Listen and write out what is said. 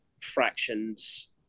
fractions